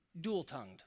dual-tongued